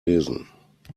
lesen